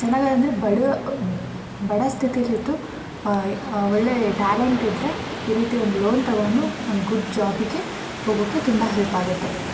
ಚೆನ್ನಾಗ್ ಆದಂದ್ರೆ ಬಡವ ಬಡ ಸ್ಥಿತಿಲಿದ್ದು ಒಳ್ಳೇ ಟ್ಯಾಲೆಂಟ್ ಇದ್ರೆ ಈ ರೀತಿ ಒಂದು ಲೋನ್ ತಗೊಂಡು ಒಂದು ಗುಡ್ ಜಾಬಿಗೆ ಹೋಗೋಕೆ ತುಂಬ ಹೆಲ್ಪ್ ಆಗುತ್ತೆ